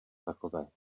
takové